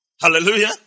Hallelujah